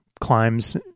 climbs